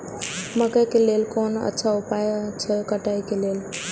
मकैय के लेल कोन अच्छा उपाय अछि कटाई के लेल?